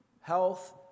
health